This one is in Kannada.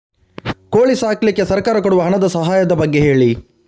ಕೋಳಿ ಸಾಕ್ಲಿಕ್ಕೆ ಸರ್ಕಾರ ಕೊಡುವ ಹಣದ ಸಹಾಯದ ಬಗ್ಗೆ ಹೇಳಿ